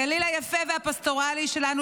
הגליל היפה והפסטורלי שלנו,